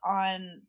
on